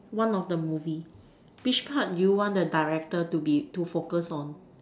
one of the movie which part do you want the director to be to focus on